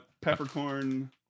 peppercorn